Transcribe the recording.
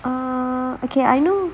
err okay I know